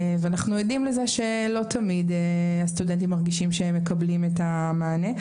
אנחנו עדים לזה שלא תמיד הסטודנטים מרגישים שהם מקבלים את המענה.